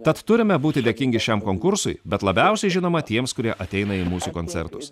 tad turime būti dėkingi šiam konkursui bet labiausiai žinoma tiems kurie ateina į mūsų koncertus